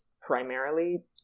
primarily